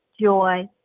joy